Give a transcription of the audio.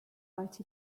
write